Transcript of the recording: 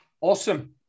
Awesome